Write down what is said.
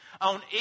On